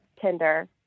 Tinder